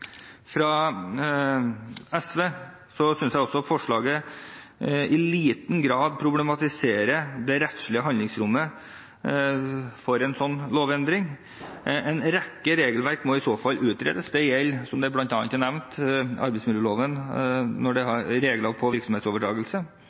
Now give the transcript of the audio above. i liten grad problematiserer det rettslige handlingsrommet for en slik lovendring. En rekke regelverk må i så fall utredes. Det gjelder, som det bl.a. er nevnt, arbeidsmiljøloven, regler for virksomhetsoverdragelse, forskrift om lønns- og arbeidsvilkår i offentlige kontrakter, det